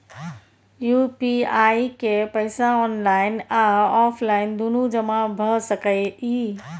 UPI के पैसा online आ ऑफलाइन दुनू जमा भ सकै इ?